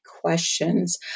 questions